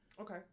Okay